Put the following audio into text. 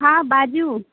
हँ बाजू